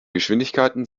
geschwindigkeiten